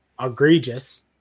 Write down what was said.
egregious